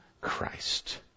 Christ